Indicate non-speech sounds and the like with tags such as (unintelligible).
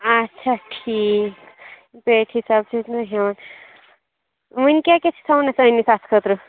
آچھا ٹھیٖک پیٹہِ حساب (unintelligible) وۄنۍ کیاہ کیاہ چھِ تھاوُن اسہِ أنِتھ اَتھ خٲطرٕ